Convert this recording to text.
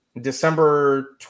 December